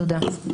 תודה.